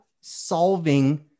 solving